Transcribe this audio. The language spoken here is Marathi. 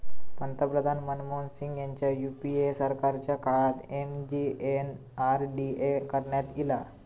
पंतप्रधान मनमोहन सिंग ह्यांच्या यूपीए सरकारच्या काळात एम.जी.एन.आर.डी.ए करण्यात ईला